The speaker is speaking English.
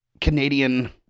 Canadian